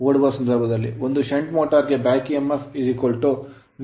ಓಡುವ ಸಂದರ್ಭದಲ್ಲಿ ಒಂದು shunt motor back emf V Ia ra